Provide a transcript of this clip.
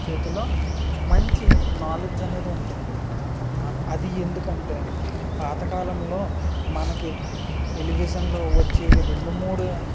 చేతిలో మంచి నాలెడ్జ్ అనేది ఉంటుంది అది ఎందుకంటే పాతకాలంలో మనకి టెలివిజన్లో వచ్చేవి రెండు మూడు